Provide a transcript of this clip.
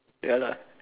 ya lah